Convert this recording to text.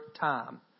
time